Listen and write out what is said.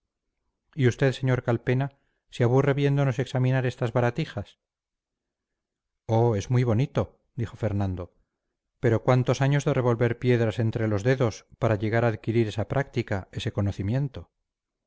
y usted sr calpena se aburre viéndonos examinar estas baratijas oh es muy bonito dijo fernando pero cuántos años de revolver piedras entre los dedos para llegar a adquirir esa práctica ese conocimiento